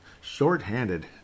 Shorthanded